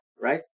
Right